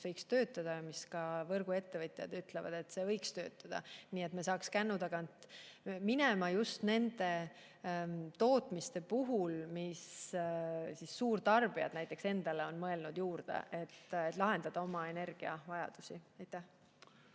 võiks töötada. Ka võrguettevõtjad ütlevad, et see võiks töötada. Nii et me saaks kännu tagant minema just nende tootmiste puhul, mida suurtarbijad näiteks on endale juurde mõelnud, et katta oma energiavajadusi.